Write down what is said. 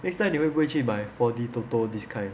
next time 你会不会去买 four D toto this kind